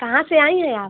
कहाँ से आई हैं आप